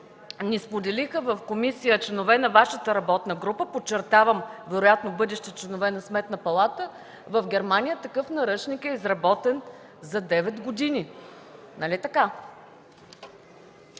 ни споделиха в комисията членове на Вашата работна група, подчертавам, вероятно бъдещи членове на Сметната палата, в Германия такъв наръчник е изработен за девет години. Нали така?